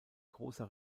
großer